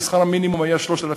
הרי שכר המינימום היה 3,300,